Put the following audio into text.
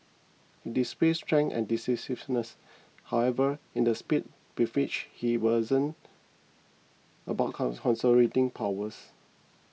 he displayed strength and decisiveness however in the speed with which he wasn't about powers